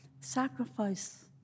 Sacrifice